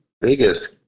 biggest